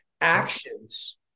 Actions